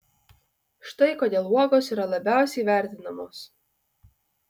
štai kodėl uogos yra labiausiai vertinamos